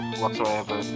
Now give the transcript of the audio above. whatsoever